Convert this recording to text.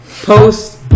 post